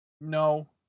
No